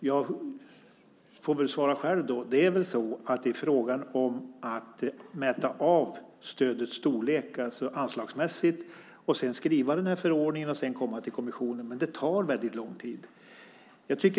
Jag får väl svara själv: Man måste mäta av stödets storlek anslagsmässigt för att sedan skriva förordningen och därefter komma till kommissionen. Men det tar väldigt lång tid.